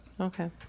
Okay